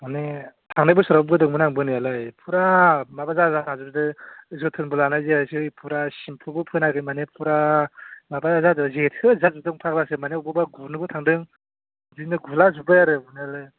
माने थांनाय बोसोराव बोदोंमोन आं बोनायालाय फुरा माबा जाना थाजोबदों जोथोनबो लानाय जायासै फुरा सेमफुबो फोनाखै माने फुरा माबा जाजोबबाय जेथो जाजोबदों फाग्लासो माने बबेबा गुनाबो थांदों बिदिनो गुला जोबबाय आरो गुनायालाय